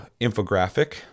infographic